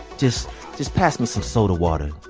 just just pass me some soda water.